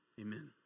amen